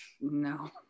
No